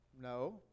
no